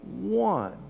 one